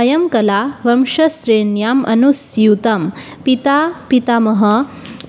इयं कला वंशश्रेण्याम् अनुस्यूता पिता पितामहः